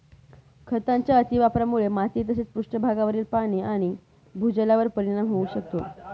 खतांच्या अतिवापरामुळे माती तसेच पृष्ठभागावरील पाणी आणि भूजलावर परिणाम होऊ शकतो